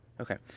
Okay